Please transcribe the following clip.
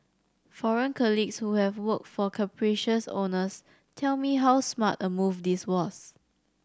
foreign colleagues who have worked for capricious owners tell me how smart a move this was